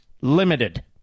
limited